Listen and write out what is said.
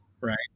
right